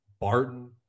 Barton